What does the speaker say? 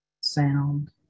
sound